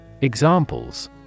Examples